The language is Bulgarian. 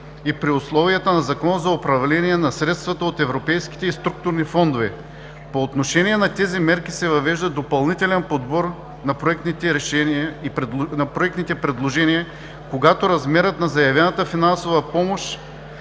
и при условията на Закона за управление на средствата от европейските и структурни фондове. По отношение на тези мерки се въвежда допълнителен подбор на проектните предложения, когато размерът на заявената финансова помощ